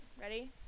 ready